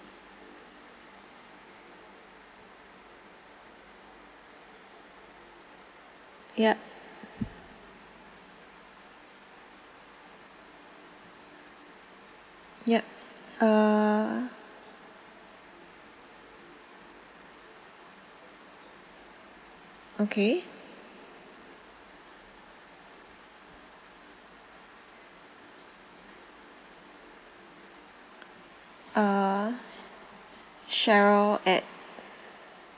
yup yup uh okay uh cheryl at